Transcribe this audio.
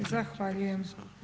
Zahvaljujem.